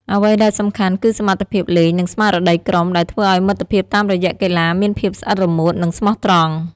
អ្វីដែលសំខាន់ គឺសមត្ថភាពលេង និងស្មារតីក្រុម ដែលធ្វើឱ្យមិត្តភាពតាមរយៈកីឡាមានភាពស្អិតរមួត និងស្មោះត្រង់។